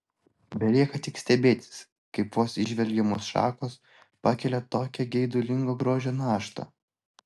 belieka tik stebėtis kaip vos įžvelgiamos šakos pakelia tokią geidulingo grožio naštą